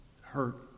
hurt